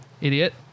Idiot